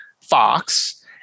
Fox